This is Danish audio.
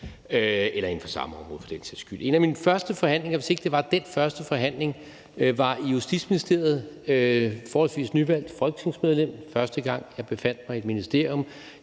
eller inden for samme område, for den sags skyld. En af mine første forhandlinger, hvis ikke det var den første forhandling, var i Justitsministeriet som forholdsvis nyvalgt folketingsmedlem. Det var første gang, jeg befandt mig i et ministerium.